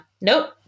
nope